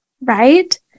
right